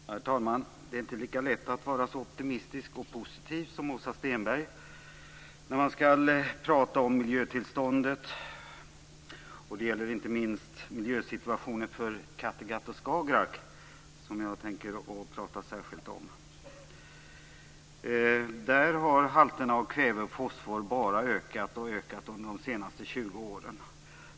Herr talman! Det är inte lika lätt att vara så optimistisk och positiv som Åsa Stenberg när man skall tala om miljötillståndet, och det gäller inte minst miljösituationen för Kattegatt och Skagerrak som jag särskilt tänker tala om. Där har halterna av kväve och fosfor bara ökat under de senaste 20 åren.